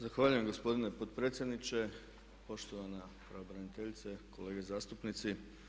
Zahvaljujem gospodine potpredsjedniče, poštovana pravobraniteljice, kolege zastupnici.